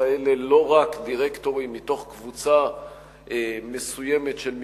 האלה לא רק דירקטורים מתוך קבוצה מסוימת של מקצועות,